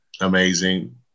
amazing